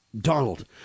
Donald